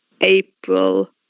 April